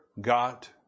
got